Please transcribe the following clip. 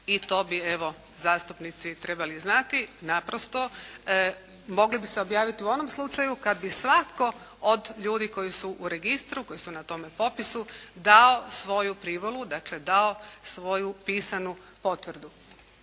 i to bi evo zastupnici trebali znati. Naprosto mogli bi se objaviti u onom slučaju kad bi svatko od ljudi koji su u registru, koji su na tome popisu dao svoju privolu, dakle dao svoju pisanu potvrdu.